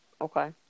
Okay